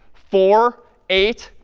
four, eight,